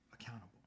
accountable